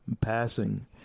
passing